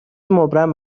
مبرم